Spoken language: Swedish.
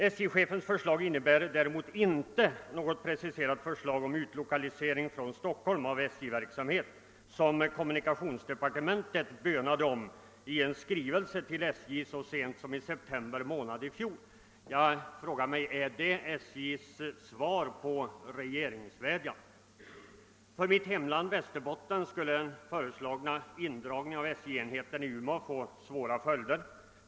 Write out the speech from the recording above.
Däremot innebär SJ-chefens förslag inte någon preciserad plan för utlokalisering från Stockholm av SJ-verksamhet, vilket kommunikationsdepartementet hemställde om i skrivelse till SJ så sent som i september månad i fjol. Jag frågar mig: Är det SJ:s svar på en regeringsvädjan? För mitt hemlän Västerbotten skulle den föreslagna indragningen av SJ-enheten i Umeå få svåra följder.